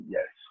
Yes